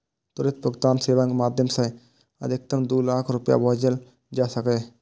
त्वरित भुगतान सेवाक माध्यम सं अधिकतम दू लाख रुपैया भेजल जा सकैए